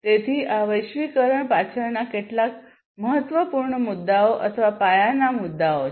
તેથી આ વૈશ્વિકરણ પાછળના કેટલાક મહત્વપૂર્ણ મુદ્દાઓ અથવા પાયાના મુદ્દાઓ છે